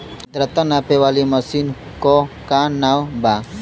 आद्रता नापे वाली मशीन क का नाव बा?